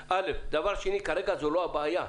כרגע זו לא הבעיה.